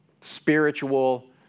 spiritual